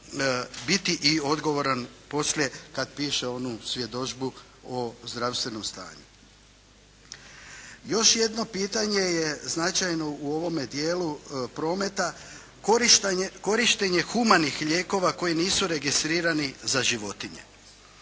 biti i odgovoran poslije kad piše onu svjedodžbu o zdravstvenom stanju. Još jedno pitanje je značajno u ovome dijelu prometa, korištenje humanih lijekova koji nisu registrirani za životinje.